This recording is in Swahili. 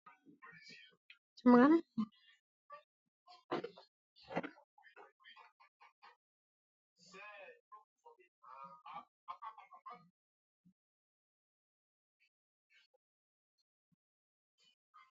Mwanamke amebeba mtoto mchanga. Amesimama chini ya mti mkubwa. Mtoto analia na amevaa koti la rangi ya bluu. Mwanamke amevaa nguo nyeupe na anaangalia mbele.